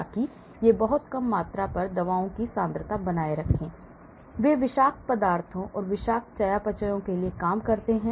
ताकि वे बहुत कम मात्रा पर दवाओं की सांद्रता बनाए रखें वे विषाक्त पदार्थों और विषाक्त चयापचयों के लिए काम करने के लिए हैं